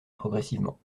progressivement